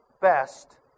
best